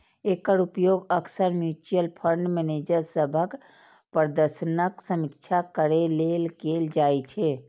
एकर उपयोग अक्सर mutual fund manager सभक प्रदर्शनक समीक्षा करै लेल कैल जाइ छै